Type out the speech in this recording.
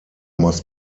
must